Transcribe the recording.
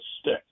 stick